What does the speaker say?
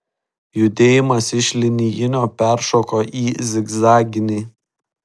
judėjimas iš linijinio peršoko į zigzaginį